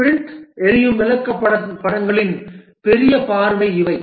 sprint எரியும் விளக்கப்படங்களின் பெரிய பார்வை இவை